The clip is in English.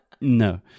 No